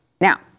Now